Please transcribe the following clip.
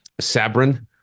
Sabrin